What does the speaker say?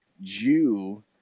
Jew